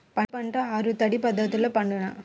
వరి పంట ఆరు తడి పద్ధతిలో పండునా?